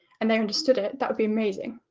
and they understood it, that would be amazing,